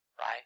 Right